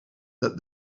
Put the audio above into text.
that